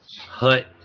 hut